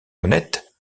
honnête